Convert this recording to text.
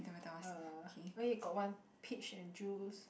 uh why you got one pitch and juice